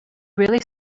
really